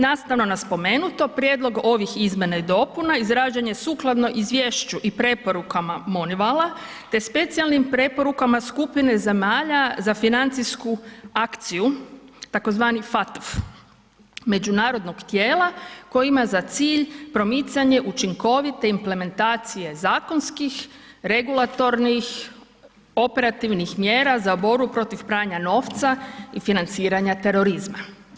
Nastavno na spomenuto prijedlog ovih izmjena i dopuna izrađen je sukladno izvješću i preporukama MONIVAL-a te specijalnim preporukama skupine zemalja za financijsku akciju tzv. FATF međunarodnog tijela koji ima za cilj promicanje učinkovite implementacije zakonskih, regulatornih, operativnih mjera za borbu protiv pranja novca i financiranja terorizma.